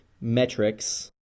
metrics